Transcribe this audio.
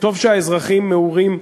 מעורים,